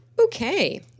Okay